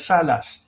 Salas